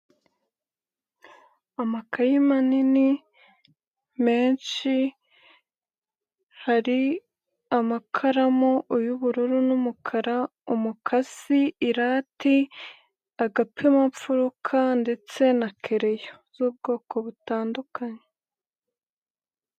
Amakayi manini, menshi, hari amakaramu y'ubururu n'umukara, umukasi, irati, agapimamfuruka ndetse na kereyo z'ubwoko butandukanye.